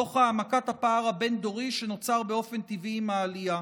תוך העמקת הפער הבין-דורי שנוצר באופן טבעי עם העלייה.